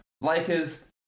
Lakers